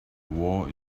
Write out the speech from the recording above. war